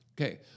Okay